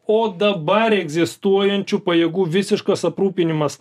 o dabar egzistuojančių pajėgų visiškas aprūpinimas